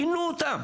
פינו אותם